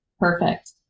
Perfect